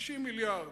50 מיליארד.